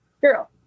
girl